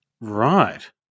Right